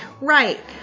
Right